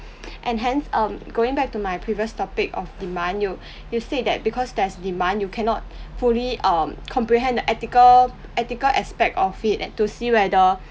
and hence um going back to my previous topic of demand you you said that because there's demand you cannot fully um comprehend the ethical ethical aspect of it and to see whether